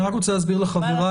אני רוצה להסביר לחבריי,